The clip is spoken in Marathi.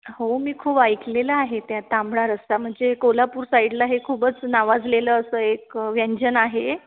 हो मी खुप ऐकलेल आहे त्या तांबडा रस्सा म्हणजे कोल्हापूर साइडला हे खूपच नावाजलेल अस एक व्यंजन आहे